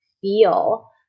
feel